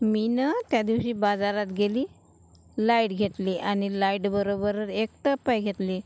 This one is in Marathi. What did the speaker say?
मी नं त्या दिवशी बाजारात गेली लाईट घेतली आणि लाईटबरोबर एक टपही घेतली